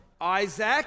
Isaac